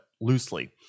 loosely